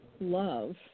love